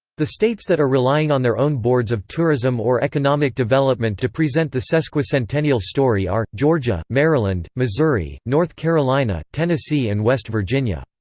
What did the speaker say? the states that are relying on their own boards of tourism or economic development to present the sesquicentennial story are georgia, maryland, missouri, north carolina, tennessee and west virginia.